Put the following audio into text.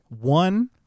one